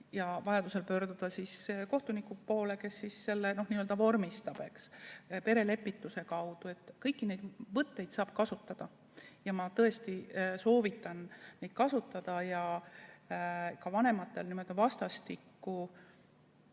ja vajadusel pöörduda kohtuniku poole, kes selle vormistab, perelepituse kaudu. Kõiki neid võtteid saab kasutada ja ma tõesti soovitan neid kasutada ja vanematel vastastikku